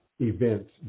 events